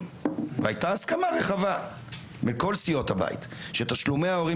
הייתה הסכמה רחבה מכל סיעות הבית על כך שתשלומי הורים